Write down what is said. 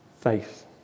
faith